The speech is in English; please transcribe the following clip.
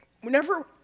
whenever